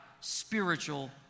spiritual